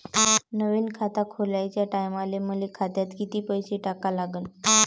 नवीन खात खोलाच्या टायमाले मले खात्यात कितीक पैसे टाका लागन?